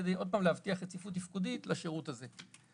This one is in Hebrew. כדי להבטיח רציפות תפקודית לשירות הזה?